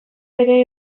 bere